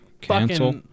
Cancel